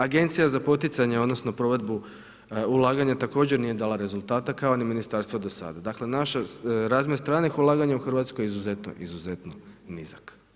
Agencija za poticanje odnosno provedbu ulaganja također nije dala rezultata kao ni ministarstvo do sada, dakle razmjer stranih ulaganja u Hrvatskoj izuzetno, izuzetno nizak.